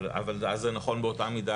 אבל אז זה נכון באותה מידה,